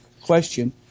question